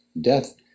Death